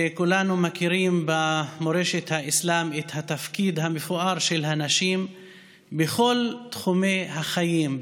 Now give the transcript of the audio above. כולנו מכירים במורשת האסלאם את התפקיד המפואר של הנשים בכל תחומי החיים,